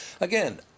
Again